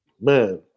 Man